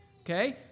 Okay